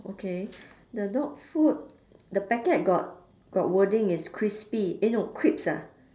okay the dog food the packet got got wording it's crispy eh no crisps ah